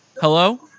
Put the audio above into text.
Hello